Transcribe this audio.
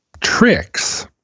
tricks